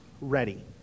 ready